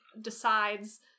decides